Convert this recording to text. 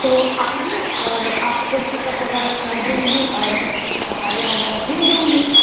تو آئیے اور آپ کو چیک اپ وغیرہ کر دوں گی اور اچھے سے دوائیاں وغیرہ دے دوں گی